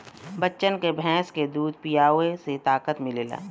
बच्चन के भैंस के दूध पीआवे से ताकत मिलेला